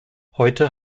heute